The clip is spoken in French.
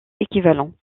équivalent